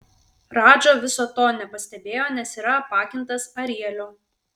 radža viso to nepastebėjo nes yra apakintas arielio